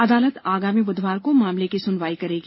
अदालत आगामी बुधवार को मामले की सुनवाई करेगी